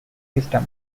system